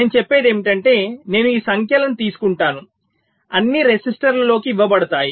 నేను చెప్పేది ఏమిటంటే నేను ఈ సంఖ్యలను తీసుకుంటాను అన్నీ రెసిస్టర్లలోకి ఇవ్వబడుతున్నాయి